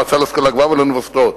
למועצה להשכלה גבוהה ולאוניברסיטאות,